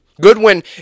Goodwin